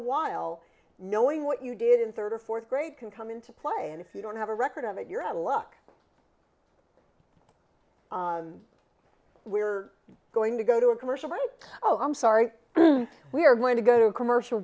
a while knowing what you did in third or fourth grade can come into play and if you don't have a record of it you're out of luck we're going to go to a commercial right oh i'm sorry we're going to go to a commercial